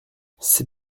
c’est